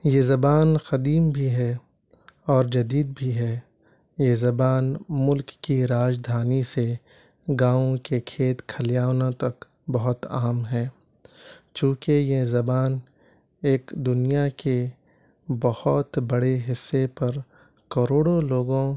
یہ زبان قدیم بھی ہے اور جدید بھی ہے یہ زبان ملک کی راجدھانی سے گاؤں کے کھیت کھلیانوں تک بہت عام ہے کیونکہ یہ زبان ایک دنیا کے بہت بڑے حصے پر کروڑوں لوگوں